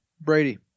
Brady